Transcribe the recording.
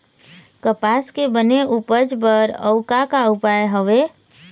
कपास के बने उपज बर अउ का का उपाय हवे?